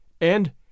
And